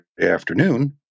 afternoon